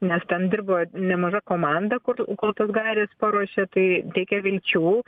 nes ten dirbo nemaža komanda kur kol tas gaires paruošė tai teikia vilčių